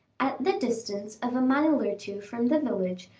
at the distance of a mile or two from the village,